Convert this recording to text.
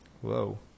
Whoa